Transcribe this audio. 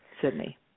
Sydney